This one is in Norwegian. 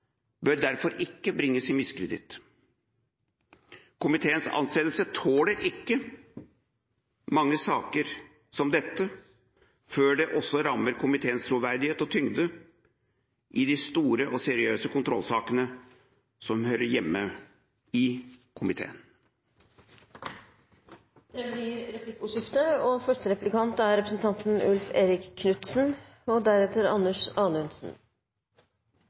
bør derfor ikke bringes i miskreditt. Komiteens anseelse tåler ikke mange saker som dette før det også rammer komiteens troverdighet og tyngde i de store og seriøse kontrollsakene som hører hjemme i komiteen. Det blir replikkordskifte.